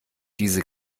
diese